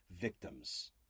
victims